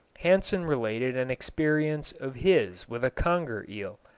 hansen related an experience of his with a conger eel.